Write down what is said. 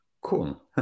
Cool